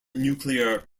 nuclear